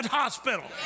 hospital